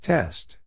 Test